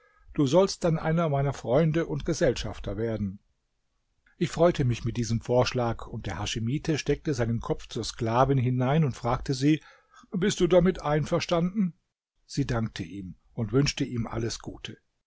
du sollst dann einer meiner freunde und gesellschafter werden ich freute mich mit diesem vorschlag und der haschimite steckte seinen kopf zur sklavin hinein und fragte sie bist du damit einverstanden sie dankte ihm und wünschte ihm alles gute